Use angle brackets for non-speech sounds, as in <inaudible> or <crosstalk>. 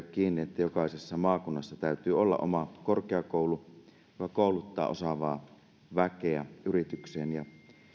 <unintelligible> kiinni että jokaisessa maakunnassa täytyy olla oma korkeakoulu joka kouluttaa osaavaa väkeä yritykseen ja